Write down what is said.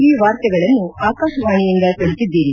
ಈ ವಾರ್ತೆಗಳನ್ನು ಆಕಾಶವಾಣೆಯಿಂದ ಕೇಳುತ್ತಿದ್ದಿರಿ